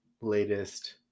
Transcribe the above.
latest